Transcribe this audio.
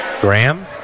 Graham